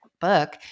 book